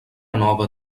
nova